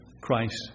Christ